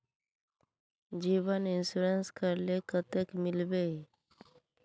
जीवन इंश्योरेंस करले कतेक मिलबे ई?